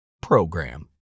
PROGRAM